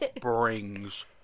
brings